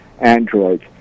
Androids